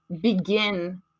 begin